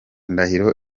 ndahiro